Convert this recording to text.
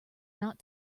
not